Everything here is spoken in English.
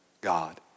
God